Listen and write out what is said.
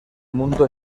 mundo